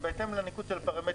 ובהתאם לניקוד של הפרמטרים,